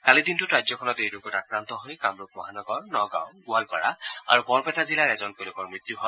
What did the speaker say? কালিৰ দিনটোত ৰাজ্যখনত এই ৰোগত আক্ৰান্ত হৈ কামৰূপ মহানগৰ নগাঁও গোৱালপাৰা আৰু বৰপেটা জিলাৰ এজনকৈ লোকৰ মৃত্যু হয়